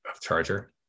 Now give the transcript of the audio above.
charger